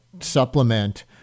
supplement